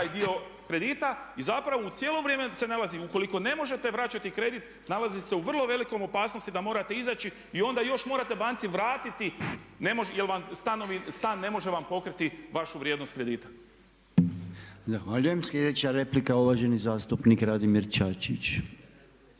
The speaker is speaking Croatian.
dio kredita i zapravo cijelo vrijeme se nalazi ukoliko ne možete vraćati kredit nalazite se u vrlo velikoj opasnosti da morate izaći i onda još morate banci vratiti jer vam stanovi, stan ne može vam pokriti vašu vrijednost kredita. **Podolnjak, Robert (MOST)** Zahvaljujem. Sljedeća replika uvaženi zastupnik Radimir Čačić.